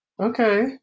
Okay